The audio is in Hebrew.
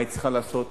מה היא צריכה לעשות.